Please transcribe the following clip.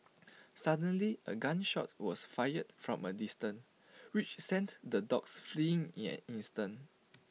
suddenly A gun shot was fired from A distance which sent the dogs fleeing in an instant